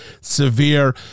SEVERE